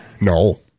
no